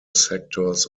sectors